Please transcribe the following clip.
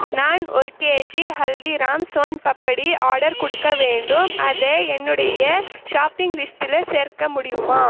நான் ஒரு KG Haldiram soan papdi order கொடுக்க வேண்டும் அதை என்னுடைய ஷாப்பிங் லிஸ்ட்டில் சேர்க்க முடியுமா